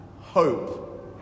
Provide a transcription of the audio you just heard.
hope